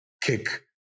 kick